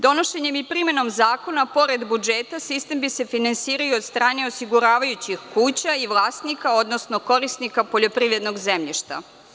Donošenjem i primenom zakona, pored budžeta, sistem bi se finansirao i od strane osiguravajućih kuća i vlasnika, odnosno korisnika poljoprivrednog zemljišta.